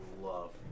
love